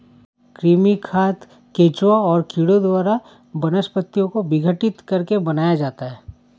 कृमि खाद केंचुआ और कीड़ों द्वारा वनस्पतियों को विघटित करके बनाया जाता है